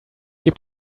gebe